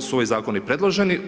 su ovi zakoni predloženi.